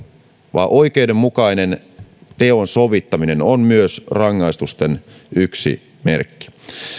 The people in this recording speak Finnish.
vaan myös oikeudenmukainen teon sovittaminen on rangaistusten yksi merkki